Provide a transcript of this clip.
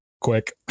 quick